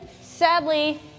sadly